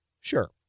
Sure